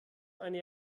eine